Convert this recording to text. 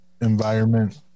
environment